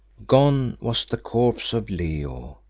gone was the corpse of leo,